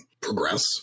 progress